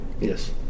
Yes